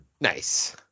Nice